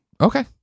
Okay